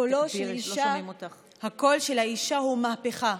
הקול של האישה הוא מהפכה.